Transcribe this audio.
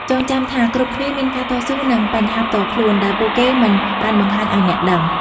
ចងចាំថាគ្រប់គ្នាមានការតស៊ូ និងបញ្ហាផ្ទាល់ខ្លួន ដែលពួកគេមិនបានបង្ហាញឲ្យអ្នកដឹង។